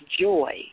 joy